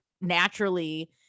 naturally